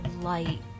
light